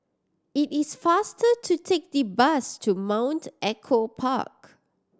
it is faster to take the bus to Mount Echo Park